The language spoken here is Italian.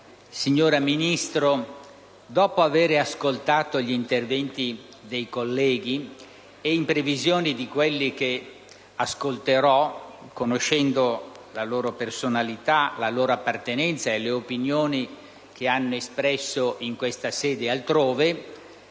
signora Ministro, dopo aver ascoltato gli interventi dei colleghi e in previsione di quelli che ascolterò, conoscendo dei prossimi oratori la personalità, l'appartenenza e le opinioni che hanno espresso in questa sede e altrove,